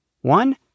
one